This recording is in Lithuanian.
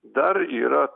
dar yra